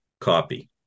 copy